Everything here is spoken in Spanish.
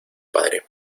padre